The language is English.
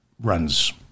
runs